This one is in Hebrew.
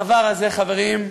הדבר הזה, חברים,